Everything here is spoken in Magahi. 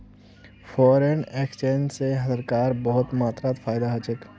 फ़ोरेन एक्सचेंज स सरकारक बहुत मात्रात फायदा ह छेक